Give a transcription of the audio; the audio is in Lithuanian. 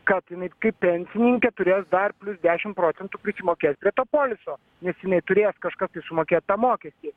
kad jinai kaip pensininkė turės dar plius dešim procentų prisimokėt prie to poliso nes jinai turės kažkaip tai sumokėt tą mokestį